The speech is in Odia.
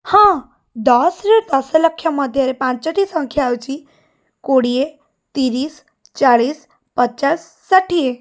ହଁ ଦଶରୁ ଦଶ ଲକ୍ଷ ମଧ୍ୟରେ ପାଞ୍ଚଟି ସଂଖ୍ୟା ହେଉଛି କୋଡ଼ିଏ ତିରିଶ ଚାଳିଶ ପଚାଶ ଷାଠିଏ